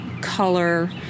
color